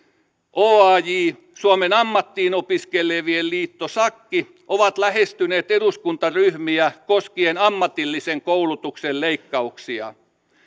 oaj suomen ammattiin opiskelevien keskusliitto sakki ovat lähestyneet eduskuntaryhmiä koskien ammatillisen koulutuksen leikkauksia